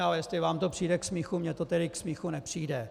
Ale jestli vám to přijde k smíchu, mně to tedy k smíchu nepřijde.